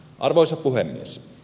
arvoisa puhemies